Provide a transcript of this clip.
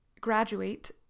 graduate